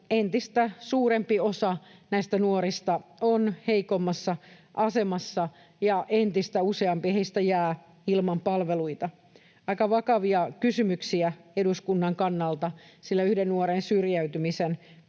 entistä suurempi osa näistä nuorista on heikommassa asemassa ja entistä useampi heistä jää ilman palveluita. Nämä ovat aika vakavia kysymyksiä eduskunnan kannalta, sillä yhden nuoren syrjäytymisen